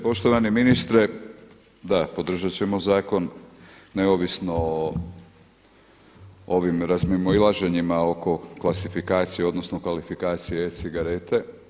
Poštovani ministre, da podržati ćemo zakon neovisno o ovim razmimoilaženjima oko klasifikacije, odnosno kvalifikacije e-cigarete.